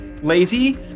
lazy